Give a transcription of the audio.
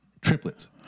Triplets